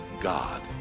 God